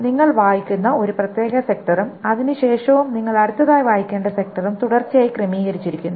നിങ്ങൾ വായിക്കുന്ന ഒരു പ്രത്യേക സെക്ടറും അതിനുശേഷം നിങ്ങൾ അടുത്തതായി വായിക്കേണ്ട സെക്ടറും തുടർച്ചയായി ക്രമീകരിച്ചിരിക്കുന്നു